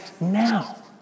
now